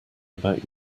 about